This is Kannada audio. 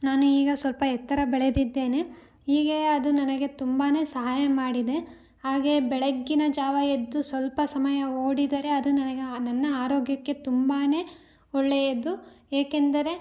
ನಾನು ಈಗ ಸ್ವಲ್ಪ ಎತ್ತರ ಬೆಳೆದಿದ್ದೇನೆ ಹೀಗೆ ಅದು ನನಗೆ ತುಂಬಾ ಸಹಾಯ ಮಾಡಿದೆ ಹಾಗೆ ಬೆಳಗಿನ ಜಾವ ಎದ್ದು ಸ್ವಲ್ಪ ಸಮಯ ಓಡಿದರೆ ಅದು ನನಗೆ ನನ್ನ ಆರೋಗ್ಯಕ್ಕೆ ತುಂಬಾ ಒಳ್ಳೆಯದು ಏಕೆಂದರೆ